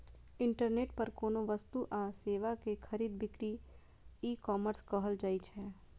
internet पर कोनो वस्तु आ सेवा के खरीद बिक्री ईकॉमर्स कहल जाइ छै